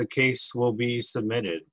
the case will be submitted